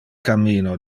cammino